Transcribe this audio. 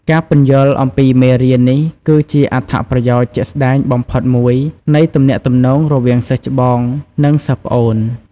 ការពន្យល់អំពីមេរៀននេះគឺជាអត្ថប្រយោជន៍ជាក់ស្តែងបំផុតមួយនៃទំនាក់ទំនងរវាងសិស្សច្បង និងសិស្សប្អូន